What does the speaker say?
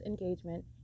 engagement